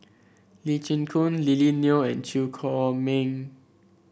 Lee Chin Koon Lily Neo and Chew Chor Meng